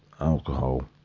Alcohol